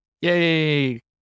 Yay